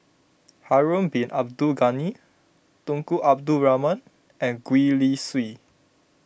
Harun Bin Abdul Ghani Tunku Abdul Rahman and Gwee Li Sui